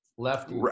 left